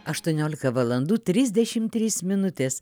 aštuoniolika valandų trisdešim trys minutės